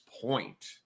point